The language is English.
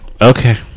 Okay